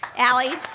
allie?